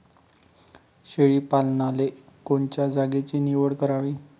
शेळी पालनाले कोनच्या जागेची निवड करावी?